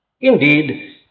Indeed